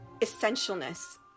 essentialness